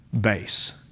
base